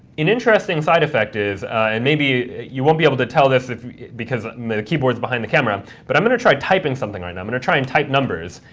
an interesting side effect is, and maybe you won't be able to tell this because the keyboard's behind the camera, but i'm going to try typing something right now. i'm going to try and type numbers,